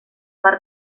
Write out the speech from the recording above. per